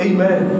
Amen